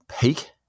peak